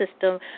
system